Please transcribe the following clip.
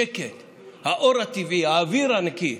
שקט, האור הטבעי, האוויר הנקי.